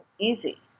easy